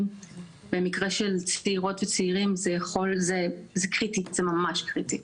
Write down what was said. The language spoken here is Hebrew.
במקרה של צעירות וצעירים זה ממש קריטי,